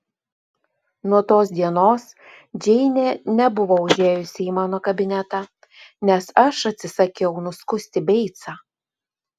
nuo tos dienos džeinė nebuvo užėjusi į mano kabinetą nes aš atsisakiau nuskusti beicą